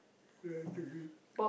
you like to eat